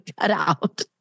cutout